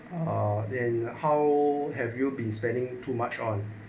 uh then how have you been spending too much on